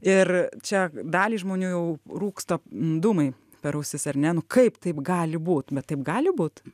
ir čia daliai žmonių jau rūksta dūmai per ausis ar ne nu kaip taip gali būt bet taip gali būt